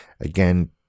Again